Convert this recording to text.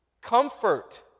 comfort